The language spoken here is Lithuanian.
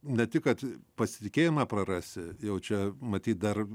ne tik kad pasitikėjimą prarasi jau čia matyt dar